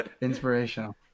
Inspirational